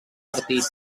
partit